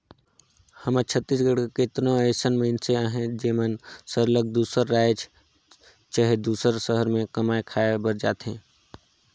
हमर छत्तीसगढ़ कर केतनो अइसन मइनसे अहें जेमन सरलग दूसर राएज चहे दूसर सहर में कमाए खाए बर जाथें